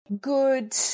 good